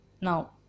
now